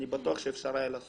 אני בטוח שאפשר היה לעשות.